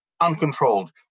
uncontrolled